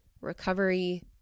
recovery